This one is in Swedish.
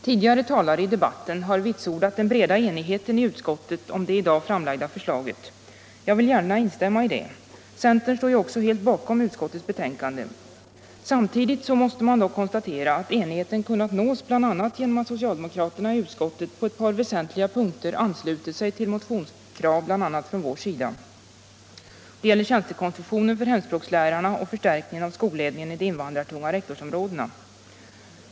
Tidigare talare i debatten har vitsordat den breda enigheten i utskottet om det i dag framlagda förslaget. Jag vill gärna för centerns del instämma i detta; det framgår ju också av att vi står helt bakom utskottets betänkande. Samtidigt måste man dock konstatera att enigheten kunnat nås bl.a. genom att socialdemokraterna i utskottet på ett par väsentliga punkter anslutit sig till motionskrav bl.a. från vårt håll. Det gäller tjänstekonstruktionen för hemspråkslärarna och förstärkningen av skolledningen i de invandrartunga rektorsområdena.